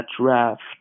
draft